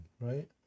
right